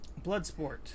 Bloodsport